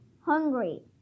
hungry